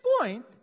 point